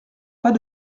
pas